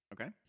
Okay